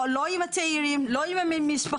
לא יושבים עם הצעירים, לא עם המשפחות.